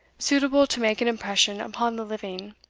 suitable to make an impression upon the living,